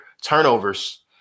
turnovers